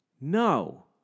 no